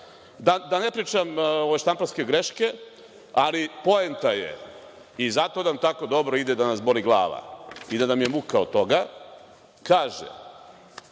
Da ne pričam o štamparskim greškama, ali poenta je, i zato nam dobro ide da nas boli glava i da nam je muka od toga, kaže